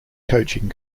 coaching